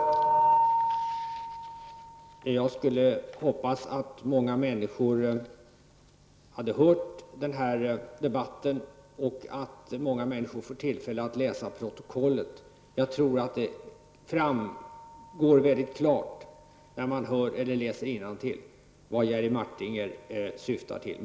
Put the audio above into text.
Herr talman! Jag vill hoppas att många människor hade hört den här debatten och hoppas att många får tillfälle att läsa protokollet. Om man då läser innantill tror jag det framgår klart vad Jerry Martinger syftar till.